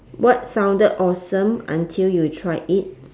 what sounded awesome until you tried it